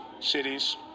cities